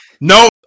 no